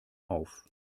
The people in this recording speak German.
auf